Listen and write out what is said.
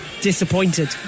disappointed